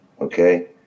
Okay